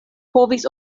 povis